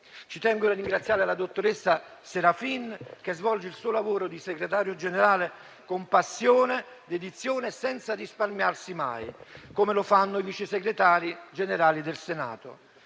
Ci tengo a ringraziare la dottoressa Serafin, che svolge il suo lavoro di Segretario generale con passione e dedizione, senza risparmiarsi mai, come anche i Vice Segretari generali del Senato.